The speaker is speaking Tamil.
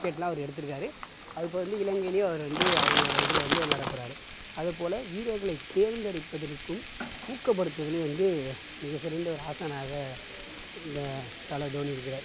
விக்கெட்லாம் அவரு எடுத்திருக்காரு அது போக வந்து இலங்கைலியே அவர் வந்து அவங்களோட இதில் வந்து விளையாட போறார் அதுபோல வீரர்களை தேர்ந்தெடுப்பதற்கும் ஊக்கப்படுத்துவதிலையும் வந்து மிகச்சிறந்த ஆசானாக இந்த தலை தோனி இருக்கிறார்